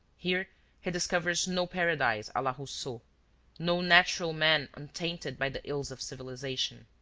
here he discovers no paradise a la rousseau no natural man untainted by the ills of civilization.